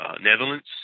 Netherlands